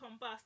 combust